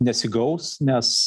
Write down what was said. nesigaus nes